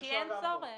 כי אין צורך.